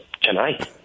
tonight